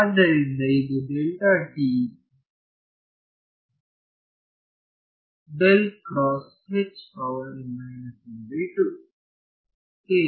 ಆದ್ದರಿಂದ ಇದು ಕ್ಕೆ